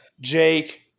Jake